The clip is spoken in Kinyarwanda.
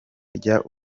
rya